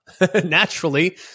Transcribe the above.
naturally